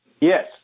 Yes